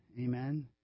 Amen